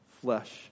flesh